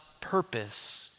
purpose